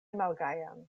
malgajan